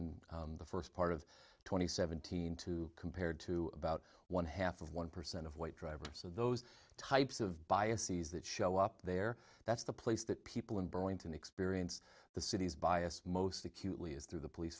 in the first part of twenty seventeen to compared to about one half of one percent of white drivers so those types of biases that show up there that's the place that people in burlington experience the city's bias most acutely is through the police